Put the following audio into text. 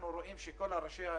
אני חושב שזו התחלה טובה,